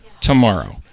tomorrow